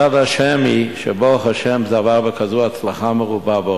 יד השם היא שברוך השם זה עבר בהצלחה מרובה כזאת,